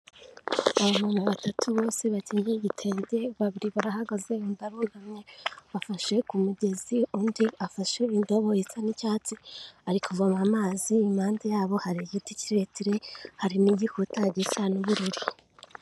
Abamama batatu bose bakenyeye igitenge, babiri barahagaze undi arunamye, bafashe ku mugezi undi afashe indobo isa n'icyatsi, ari kuvoma amazi impande yabo hari igiti kirekire hari n'igikuta gisa n'ubururu.